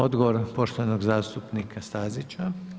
Odgovor poštovanog zastupnika Stazića.